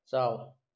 ꯆꯥꯎ